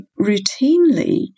routinely